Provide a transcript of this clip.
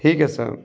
ठीक है सर